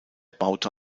baute